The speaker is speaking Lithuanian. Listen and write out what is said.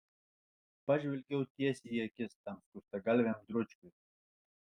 pažvelgiau tiesiai į akis tam skustagalviam dručkiui